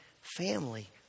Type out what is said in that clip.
family